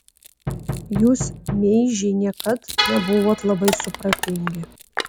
jūs meižiai niekad nebuvot labai supratingi